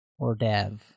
Ordev